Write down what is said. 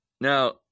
Now